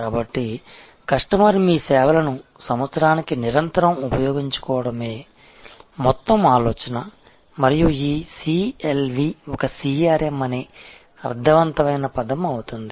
కాబట్టి కస్టమర్ మీ సేవలను సంవత్సరానికి నిరంతరం ఉపయోగించుకోవడమే మొత్తం ఆలోచన మరియు ఈ CLV ఒక CRM అనే అర్థవంతమైన పదం అవుతుంది